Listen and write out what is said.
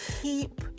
Keep